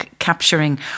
Capturing